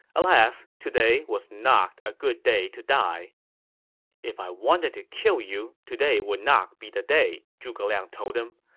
alas, today was not a good day to die if i wanted to kill you, today would not be the day, zhuge liang told him.